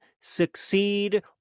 succeed